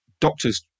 doctors